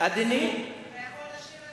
אתה יכול לשיר,